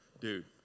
dude